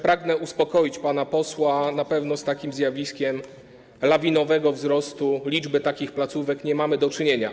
Pragnę uspokoić pana posła: na pewno ze zjawiskiem lawinowego wzrostu liczby takich placówek nie mamy do czynienia.